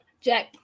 jack